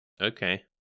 okay